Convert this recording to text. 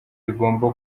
rigomba